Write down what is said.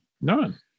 none